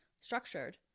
structured